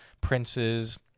princes